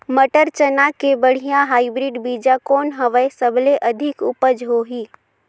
मटर, चना के बढ़िया हाईब्रिड बीजा कौन हवय? सबले अधिक उपज होही?